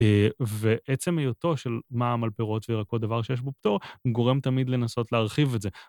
ועצם היותו של מע"מ על פירות וירקות דבר שיש בו פתור, גורם תמיד לנסות להרחיב את זה.